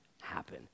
happen